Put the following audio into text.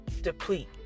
deplete